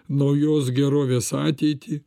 naujos gerovės ateitį